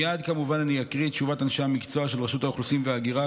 מייד כמובן אני אקריא את תשובת אנשי המקצוע של רשות האוכלוסין וההגירה.